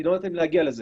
לא נתתם לי להגיע לזה.